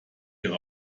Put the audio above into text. ihre